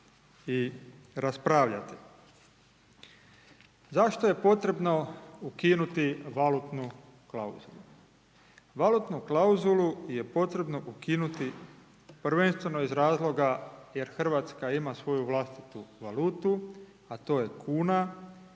i raspravljati. Zašto je potrebno ukinuti valutnu klauzulu? Valutnu klauzulu je potrebno ukinuti prvenstveno iz razloga jer RH ima svoju vlastitu valutu, a to je kuna